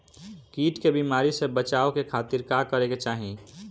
कीट के बीमारी से बचाव के खातिर का करे के चाही?